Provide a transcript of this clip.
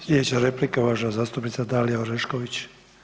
Sljedeća replika uvažena zastupnica Dalija Orešković.